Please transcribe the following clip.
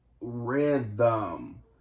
rhythm